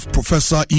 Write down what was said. Professor